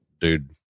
dude